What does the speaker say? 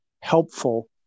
helpful